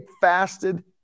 fasted